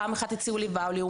פעם אחת הציעו לי ווליום,